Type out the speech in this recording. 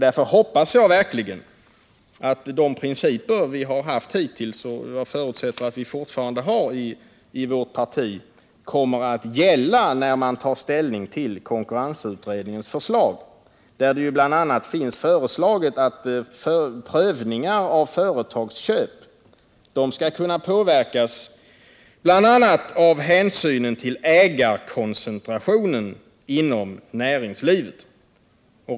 Därför hoppas jag verkligen att de principer som vi haft hittills och som jag förutsätter att vi fortfarande har i vårt parti, kommer att gälla när man tar ställning till konkurrensutredningens förslag. I dessa ingår att prövningar av företagsköp skall kunna påverkas bl.a. av hänsynen till ägarkoncentrationen inom näringslivet.